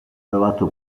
elevato